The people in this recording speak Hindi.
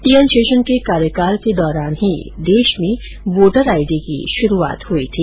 टी एन शेषन के कार्यकाल के दौरान ही देश में वोटर आईडी की शुरूआत हुई थी